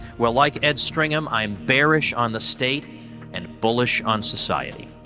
well, like ed stringham, i am bearish on the state and bullish on society.